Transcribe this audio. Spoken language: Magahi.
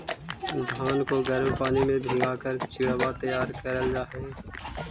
धान को गर्म पानी में भीगा कर चिड़वा तैयार करल जा हई